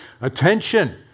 Attention